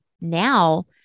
now